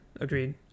agreed